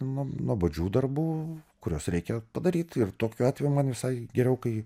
nu nuobodžių darbų kuriuos reikia padaryt ir tokiu atveju man visai geriau kai